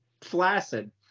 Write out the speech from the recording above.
flaccid